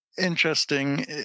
interesting